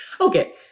Okay